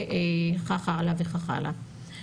וכך הלאה וכך הלאה.